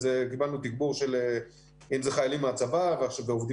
קיבלנו תגבור אם זה חיילים מהצבא ועובדי